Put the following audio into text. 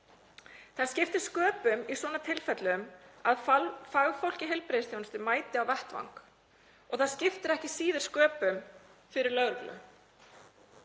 Það skiptir sköpum í svona tilfellum að fagfólk í heilbrigðisþjónustu mæti á vettvang og það skiptir ekki síður sköpum fyrir lögreglu.